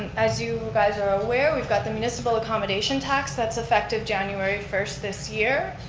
as you guys are aware, we've got the municipal accomodation tax that's effective january first this year.